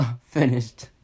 finished